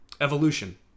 evolution